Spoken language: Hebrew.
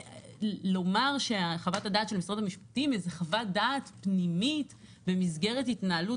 לומר שחות הדעת של משרד המשפטים היא פנימית במסגרת התנהלות